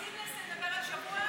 רוצים לדבר על שבוע?